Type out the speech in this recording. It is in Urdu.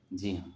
جی ہاں